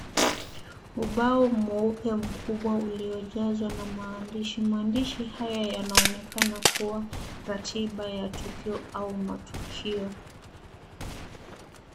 Ubao mweupe mkubwa uliojazwa na maadhishi. Maadhishi haya yanaonekana kuwa ratiba ya tukio au matukio.